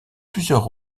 plusieurs